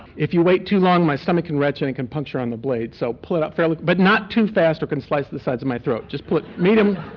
if you wait too long my stomach can retch and it can puncture on the blade, so pull it up fairly. but not too fast or it can slice the sides of my throat, just pull it medium